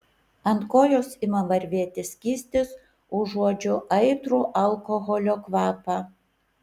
ant kojos ima varvėti skystis užuodžiu aitrų alkoholio kvapą